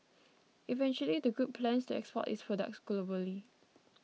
eventually the group plans to export its products globally